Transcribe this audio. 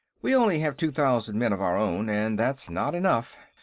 we only have two thousand men of our own, and that's not enough.